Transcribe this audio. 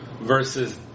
versus